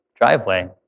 driveway